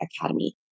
Academy